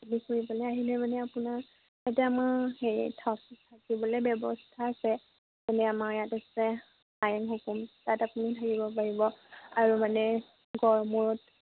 মাজুলী ফুৰিবলৈ আহিলে মানে আপোনাৰ ইয়াতে আমাৰ হেৰি থাক থাকিবলে ব্যৱস্থা আছে যেনে আমাৰ ইয়াত আছে টাইম সকুম তাত আপুনি থাকিব পাৰিব আৰু মানে গড়মূৰত